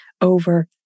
over